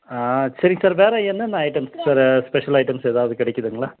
சரி சார் வேறு என்னென்ன ஐட்டம்ஸ் சார் ஸ்பெஷல் ஐட்டம்ஸ் எதாவது கிடைக்குதுங்ளா